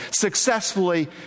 successfully